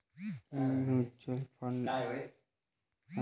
mutual फंडात दीर्घ कालावधीसाठी थोडेसे पैसे गुंतवा